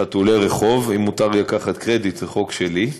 חתולי רחוב, אם מותר לי לקחת קרדיט, זה חוק שלי.